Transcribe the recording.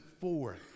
forth